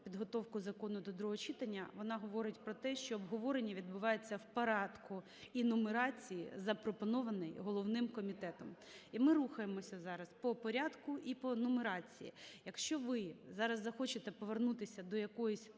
підготовку закону до другого читання, вона говорить про те, що обговорення відбувається в порядку і нумерації, запропонованої головним комітетом. І ми рухаємося зараз по порядку і по нумерації. Якщо ви зараз захочете повернутися до якоїсь